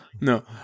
No